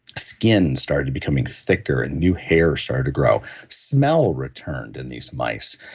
skin started becoming thicker and new hair started to grow. smell returned in these mice,